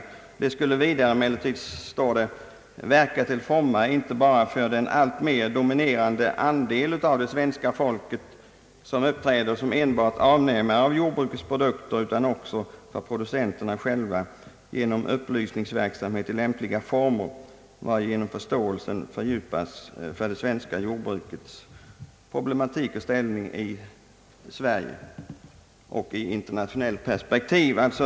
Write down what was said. Av propositionen framgår vidare, att delegationen »bör verka till fromma inte bara för den alltmer dominerande andel av det svenska folket, som uppträder som enbart avnämare av jordbrukets produkter, utan också för producenterna själva genom upplysningsverksamhet i lämpliga former, varigenom förståelsen fördjupas för det svenska jordbrukets problematik och ställning i Sverige och i internationellt perspektiv».